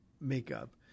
makeup